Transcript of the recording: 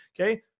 okay